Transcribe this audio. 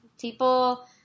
People